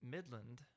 Midland